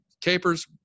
Capers